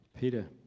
Peter